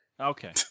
Okay